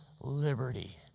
liberty